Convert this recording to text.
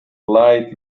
light